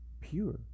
pure